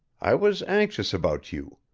i was anxious about you.